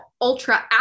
ultra